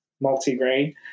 multi-grain